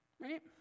Right